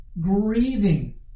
grieving